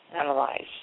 analyze